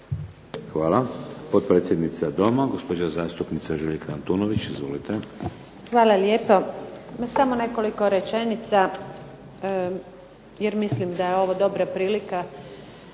Hvala. Potpredsjednica Doma, gospođa zastupnica Željka Antunović. Izvolite. **Antunović, Željka (SDP)** Hvala lijepo. Ma samo nekoliko rečenica, jer mislim da je ovo dobra prilika